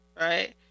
right